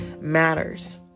matters